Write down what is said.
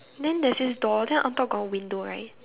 then there's this door then on top got window right